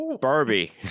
Barbie